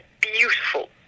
beautiful